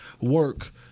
work